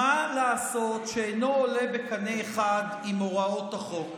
מה לעשות שאינו עולה בקנה אחד עם הוראות החוק.